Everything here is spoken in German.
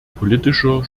politischer